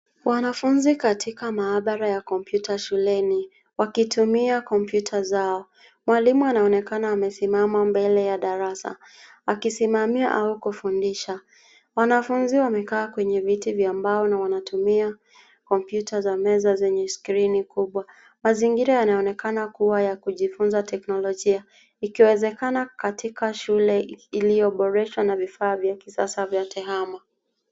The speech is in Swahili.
Wanafunzi katika maabara ya kompyuta shuleni wakitumia kompyuta zao. Mwalimu anaonekana amesimama mbele ya darasa, akisimamia au kufundisha. Wanafunzi wamekaa kwenye viti vya mbao na wanatumia kompyuta za meza zenye skrini kubwa. Mazingira yanaonekana kuwa ya kujifunza teknolojia, ikiwezekana katika shule iliyobereshwa na vifaa vya kisasa vya TEHAMA.